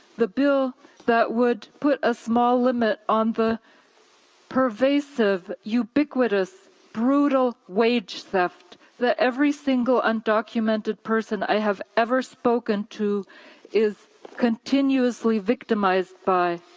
the bill that would put a small limit on the pervasive, ubiquitous, brutal wage theft that every single undocumented person i have ever spoken to is continuously victimized by,